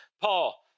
Paul